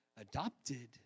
adopted